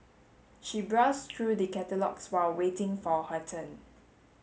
she browsed through the catalogues while waiting for her turn